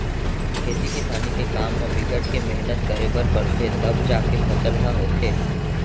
खेती किसानी के काम म बिकट के मेहनत करे बर परथे तव जाके फसल ह होथे